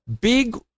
big